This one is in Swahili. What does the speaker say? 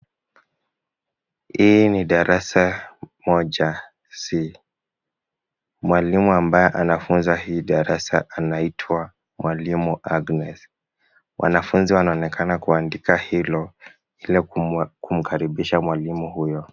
Hii ni darasa 1C. Mwalimu ambaye anafunza hii darasa hili anaitwa mwalimu Agnes. Wanafunzi wanaonekana kuandika hilo kumkaribisha mwalimu huyo.